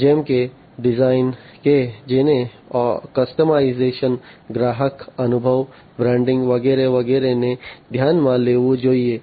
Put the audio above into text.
જેમ કે ડિઝાઇન કે જેને કસ્ટમાઇઝેશન ગ્રાહક અનુભવ બ્રાન્ડિંગ વગેરે વગેરેને ધ્યાનમાં લેવું જોઈએ